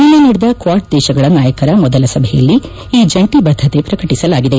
ನಿನ್ನೆ ನಡೆದ ಕ್ಲಾಡ್ ದೇಶಗಳ ನಾಯಕರ ಮೊದಲ ಸಭೆಯಲ್ಲಿ ಈ ಜಂಟಿ ಬದ್ಗತೆ ಪ್ರಕಟಿಸಲಾಗಿದೆ